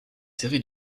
série